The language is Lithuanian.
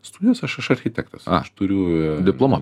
studijos aš aš architektas aš turiu diplomą